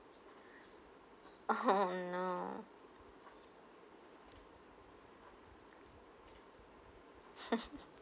oh no